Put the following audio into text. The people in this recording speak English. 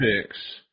picks